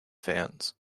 fans